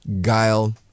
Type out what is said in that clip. guile